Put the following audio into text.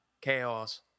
chaos